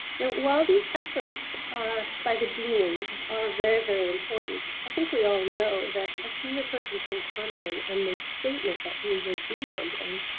while these efforts are by the deans are very, very important, i think we all know that a senior person can come in and make a statement that we will do something,